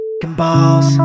balls